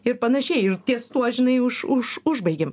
ir panašiai ir ties tuo žinai už už užbaigiam